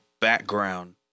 background